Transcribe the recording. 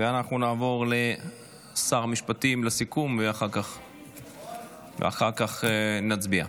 ואנחנו נעבור לשר המשפטים לסיכום, ואחר כך נצביע,